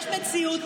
יש מציאות,